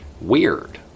Weird